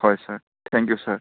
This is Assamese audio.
হয় ছাৰ থেংক ইউ ছাৰ